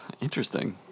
Interesting